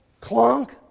clunk